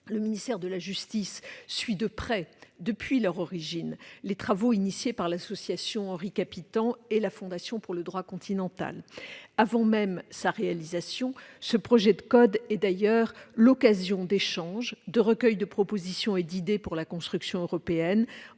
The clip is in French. Le ministère de la justice suit de près, depuis leur origine, les travaux initiés par l'Association Henri Capitant et la Fondation pour le droit continental. Avant même sa réalisation, ce projet de code est un lieu d'échanges, de recueil de propositions et d'idées pour la construction européenne,